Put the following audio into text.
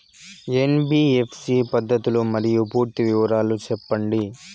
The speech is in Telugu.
ఎన్.బి.ఎఫ్.సి పద్ధతులు మరియు పూర్తి వివరాలు సెప్పండి?